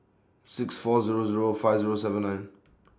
six four Zero Zero five Zero seven nine